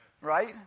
right